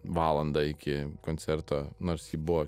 valandą iki koncerto nors ji buvo